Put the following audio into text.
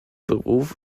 beruf